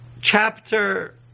chapter